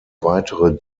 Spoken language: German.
weitere